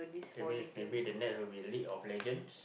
that means maybe the next will be league-of-legends